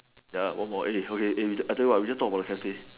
ya one more eh okay eh I tell you what we just talk about the cafe